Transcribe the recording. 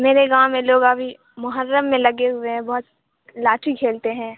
میرے گاؤں میں لوگ ابھی محرم میں لگے ہوئے ہیں بہت لاٹھی کھیلتے ہیں